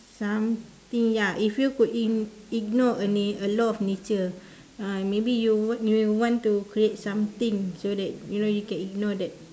something ya if you could ig~ ignore a na~ a law of nature uh maybe you want you may want to create something so that you know you can ignore that